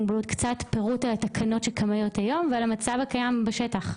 מוגבלות קצת פירוט על התקנות שקיימות היום ועל המצב הקיים בשטח.